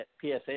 PSA